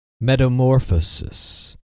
Metamorphosis